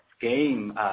game